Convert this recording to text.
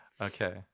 Okay